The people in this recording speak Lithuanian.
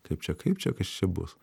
kaip čia kaip čia kas čia bus